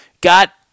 got